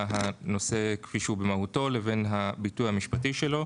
הנושא כפי שהוא במהותו לבין הביטוי המשפטי שלו.